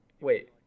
wait